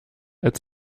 als